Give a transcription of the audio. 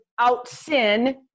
out-sin